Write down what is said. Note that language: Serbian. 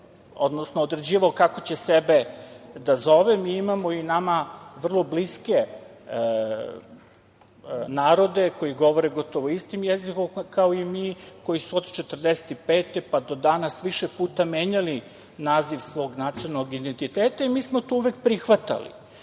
odnosno određivao kako će sebe da zove. Mi imamo i nama vrlo bliske narode koji govore gotovo istim jezikom kao i mi, koji su od 1945. godine pa do danas više puta menjali naziv svog nacionalnog identiteta. Mi smo to uvek prihvatali.